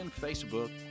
Facebook